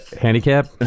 handicap